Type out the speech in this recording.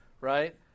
right